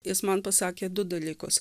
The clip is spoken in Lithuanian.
jis man pasakė du dalykus